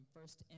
First